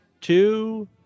two